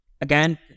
again